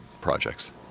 projects